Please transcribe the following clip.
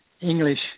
English